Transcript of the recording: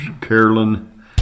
Carolyn